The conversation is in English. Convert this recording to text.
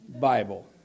Bible